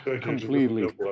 Completely